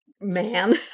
man